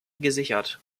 gesichert